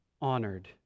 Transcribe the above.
honored